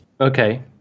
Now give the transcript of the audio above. Okay